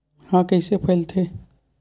ह कइसे फैलथे?